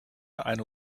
eine